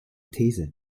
these